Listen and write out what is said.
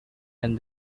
and